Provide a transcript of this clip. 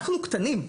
אנחנו קטנים.